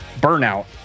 burnout